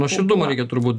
nuoširdumo reikia turbūt